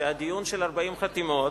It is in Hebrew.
שהדיון של 40 חתימות